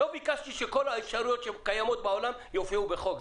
לא ביקשתי שכל האפשרויות שקיימות בעולם יופיעו בחוק.